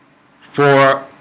for